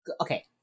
Okay